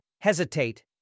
hesitate